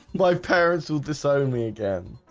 my parents will disown me again